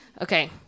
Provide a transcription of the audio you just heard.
Okay